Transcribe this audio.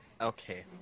Okay